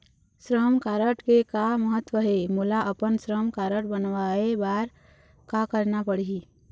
श्रम कारड के का महत्व हे, मोला अपन श्रम कारड बनवाए बार का करना पढ़ही?